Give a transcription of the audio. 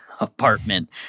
apartment